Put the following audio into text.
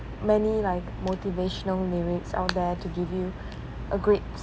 many like motivational lyrics out there to give you a great